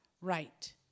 right